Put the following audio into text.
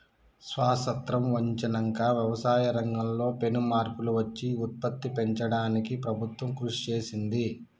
స్వాసత్రం వచ్చినంక వ్యవసాయ రంగం లో పెను మార్పులు వచ్చి ఉత్పత్తి పెంచడానికి ప్రభుత్వం కృషి చేసింది